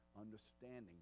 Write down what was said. Understanding